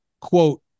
quote